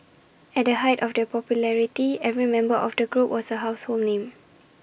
at the height of their popularity every member of the group was A household name